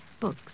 Books